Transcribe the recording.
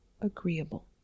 agreeable